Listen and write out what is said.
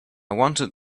wanted